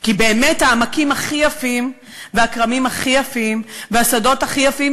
כי באמת העמקים הכי יפים והכרמים הכי יפים והשדות הכי יפים,